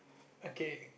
okay